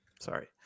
Sorry